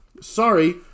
sorry